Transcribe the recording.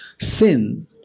Sin